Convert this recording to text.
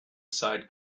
side